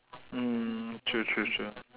mm true true true